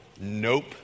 Nope